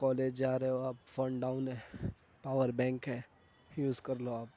college جا رہے ہو آپ فون ڈاؤن ہے پاور بینک ہے یوز کر لو آپ